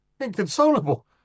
Inconsolable